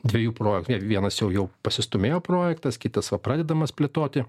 dviejų projektų net vienas jau jau pasistūmėjo projektas kitas va pradedamas plėtoti